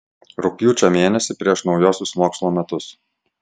rugpjūčio mėnesį prieš naujuosius mokslo metus